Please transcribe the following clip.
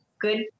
good